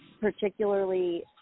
particularly